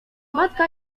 matka